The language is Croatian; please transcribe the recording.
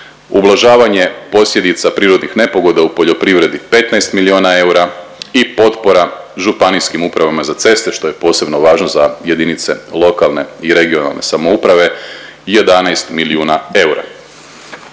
Ublažavanje posljedica prirodnih nepogoda u poljoprivredi 15 milijuna eura i potpora Županijskim upravama za ceste, što je posebno važno za jedinice lokalne i regionalne samouprave 11 milijuna eura.